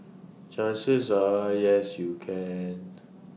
chances are yes you can